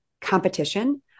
competition